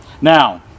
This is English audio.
Now